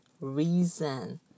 reason